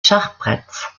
schachbretts